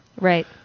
Right